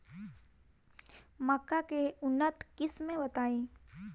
मक्का के उन्नत किस्म बताई?